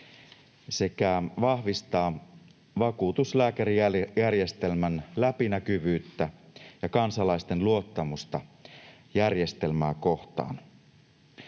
sekä vahvistaa vakuutuslääkärijärjestelmän läpinäkyvyyttä ja kansalaisten luottamusta järjestelmää kohtaan.